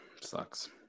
sucks